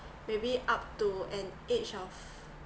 maybe up to an age of